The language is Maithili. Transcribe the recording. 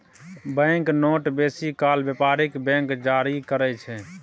बैंक नोट बेसी काल बेपारिक बैंक जारी करय छै